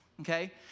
okay